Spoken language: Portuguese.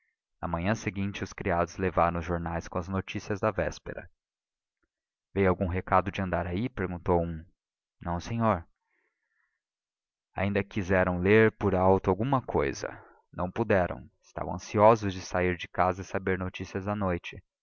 na manhã seguinte os criados levaram os jornais com as notícias da véspera veio algum recado de andaraí perguntou um não senhor ainda quiseram ler por alto alguma cousa não puderam estavam ansiosos de sair de casa e saber notícias da noite